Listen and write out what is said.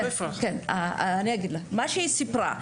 מה שהיא סיפרה,